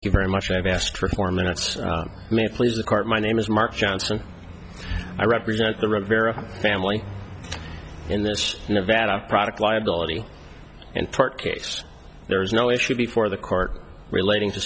very much i've asked for four minutes may please the court my name is mark johnson i represent the rivera family in this nevada product liability and part case there is no issue before the court relating to